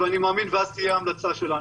ואז תהיה המלצה שלנו.